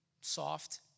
soft